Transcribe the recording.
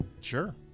Sure